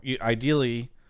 ideally